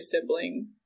sibling